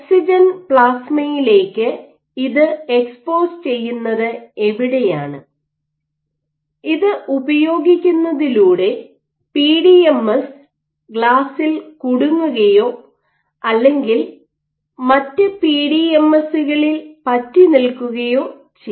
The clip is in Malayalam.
ഓക്സിജൻ പ്ലാസ്മയിലേക്ക് ഇത് എക്സ്പോസ് ചെയ്യുന്നത് എവിടെയാണ് ഇത് ഉപയോഗിക്കുന്നതിലൂടെ പിഡിഎംഎസ് ഗ്ലാസിൽ കുടുങ്ങുകയോ അല്ലെങ്കിൽ മറ്റ് പിഡിഎംഎസുകളിൽ പറ്റിനിൽക്കുകയോ ചെയ്യാം